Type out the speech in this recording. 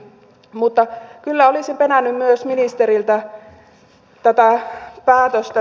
mutta kyllä olisin penännyt myös ministeriltä tätä päätöstä